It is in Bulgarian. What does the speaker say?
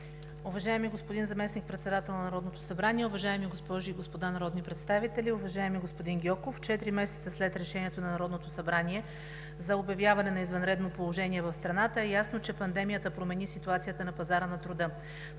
Уважаеми господин Заместник-председател на Народното събрание, уважаеми госпожи и господа народни представители, уважаеми господин Гьоков! Четири месеца след решението на Народното събрание за обявяване на извънредно положение в страната е ясно, че пандемията промени ситуацията на пазара на труда.